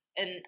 and-